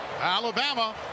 Alabama